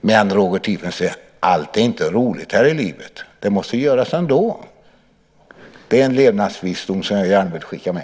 Men, Roger Tiefensee, allt är inte roligt här i livet. Det måste göras ändå. Det är en levnadsvisdom som jag gärna vill skicka med.